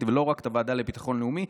ולא רק את הוועדה לביטחון לאומי,